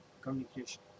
communication